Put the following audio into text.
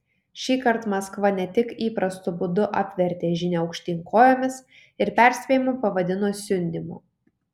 šįkart maskva ne tik įprastu būdu apvertė žinią aukštyn kojomis ir perspėjimą pavadino siundymu